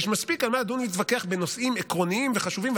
יש מספיק על מה לדון ולהתווכח בנושאים עקרוניים וחשובים,